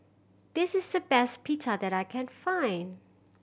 this is the best Pita that I can find